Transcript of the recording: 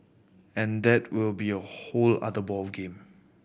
and that will be a whole other ball game